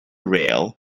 rail